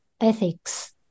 ethics